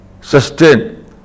sustain